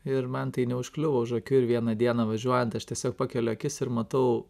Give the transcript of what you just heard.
ir man tai neužkliuvo už akių ir vieną dieną važiuojant aš tiesiog pakeliu akis ir matau